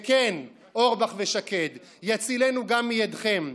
וכן, אורבך ושקד, יצילנו גם מידכם.